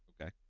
okay